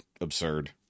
absurd